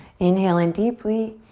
inhale in deeply.